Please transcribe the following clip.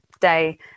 day